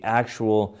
actual